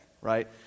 right